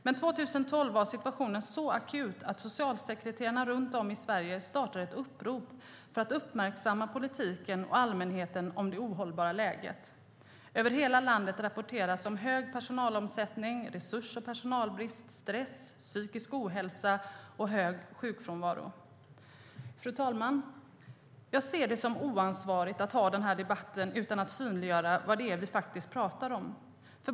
Men 2012 var situationen så akut att socialsekreterarna runt om i Sverige startade ett upprop för att uppmärksamma politikerna och allmänheten på det ohållbara läget. Över hela landet rapporteras det om hög personalomsättning, resurs och personalbrist, stress, psykisk ohälsa och hög sjukfrånvaro. Fru talman! Jag ser det som oansvarigt att ha den här debatten utan att synliggöra vad det är vi faktiskt pratar om.